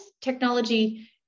technology